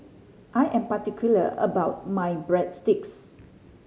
I am particular about my Breadsticks